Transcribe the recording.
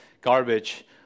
garbage